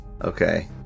Okay